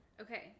Okay